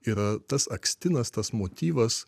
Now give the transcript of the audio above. yra tas akstinas tas motyvas